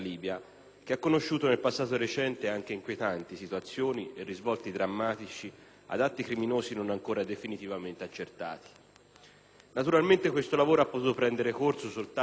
che hanno conosciuto nel passato recente anche inquietanti situazioni e risvolti drammatici, e ad atti criminosi non ancora definitivamente accertati. Naturalmente questo lavoro ha potuto prendere corso soltanto